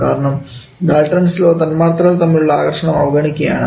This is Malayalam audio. കാരണം ഡാൽറ്റ്ൺസ് ലോ തന്മാത്രകൾ തമ്മിലുള്ള ആകർഷണം അവഗണിക്കുകയാണ്